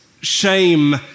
shame